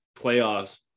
playoffs